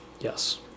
Yes